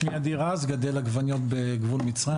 שמי עדי רז, מגדל עגבניות בגבול מצרים.